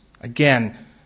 again